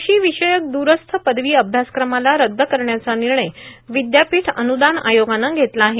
कृषी विषयक दूरस्थ पदवी अभ्यासक्रमाला रद्द करण्याचा निर्णय विद्यापीठ अनुदान आयोगानं घेतला आहे